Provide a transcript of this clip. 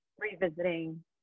revisiting